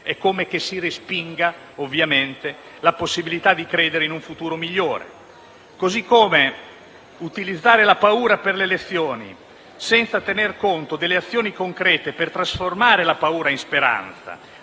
è come respingere la possibilità di credere in un futuro migliore. Così come utilizzare la paura per le elezioni, senza tener conto delle azioni concrete per trasformare la paura in speranza,